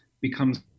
becomes